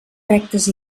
rectes